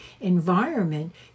environment